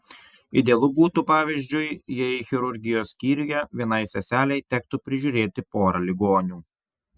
idealu būtų pavyzdžiui jei chirurgijos skyriuje vienai seselei tektų prižiūrėti porą ligonių